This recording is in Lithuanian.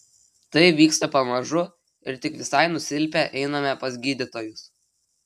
tai vyksta pamažu ir tik visai nusilpę einame pas gydytojus